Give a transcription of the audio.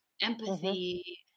empathy